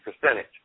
percentage